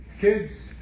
kids